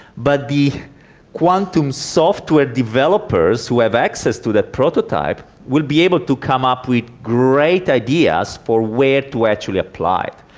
but the quantum software developers who have access to that prototype will be able to come up with great ideas for where to actually apply it.